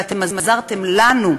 ואתם עזרתם לנו,